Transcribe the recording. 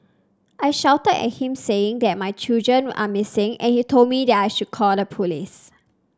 I shouted at him saying that my children are missing and he told me that I should call the police